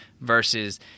versus –